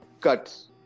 cuts